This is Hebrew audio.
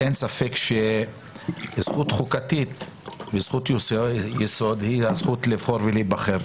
אין ספק שזכות חוקתית וזכות יסוד היא הזכות לבחור ולהיבחר.